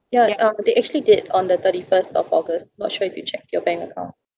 ya um they actually did on the thirty first of august not sure if you checked your bank account